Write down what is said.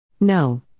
No